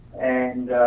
and